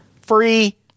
Free